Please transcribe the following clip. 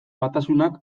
batasunak